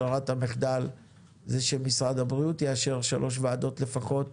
ברירת המחדל היא שמשרד הבריאות יאשר שלוש מעבדות לפחות.